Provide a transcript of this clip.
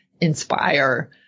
inspire